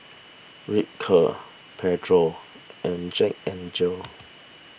Ripcurl Pedro and Jack N Jill